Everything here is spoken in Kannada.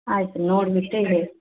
ಆಯಿತು ನೋಡಿಬಿಟ್ಟು ಹೇಳಿ